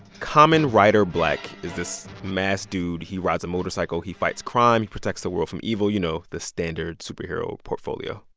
kamen rider black is this masked dude. he rides a motorcycle. he fights crime. he protects the world from evil you know, the standard superhero portfolio.